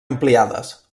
ampliades